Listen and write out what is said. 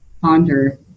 ponder